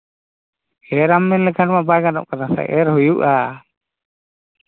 ᱮᱨᱟᱢ ᱢᱮᱱᱠᱷᱟᱱ ᱢᱟ ᱵᱟᱭ ᱜᱟᱱᱚᱜ ᱠᱟᱱᱟ ᱮᱨ ᱦᱩᱭᱩᱜᱼᱟ